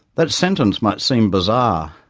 that sentence might seem bizarre,